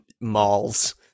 malls